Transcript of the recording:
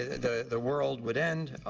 the world would end.